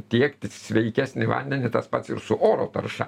tiekti sveikesnį vandenį tas pats ir su oro tarša